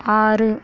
ஆறு